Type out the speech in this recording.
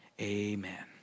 Amen